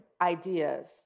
ideas